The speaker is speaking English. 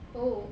oh